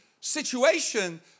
situation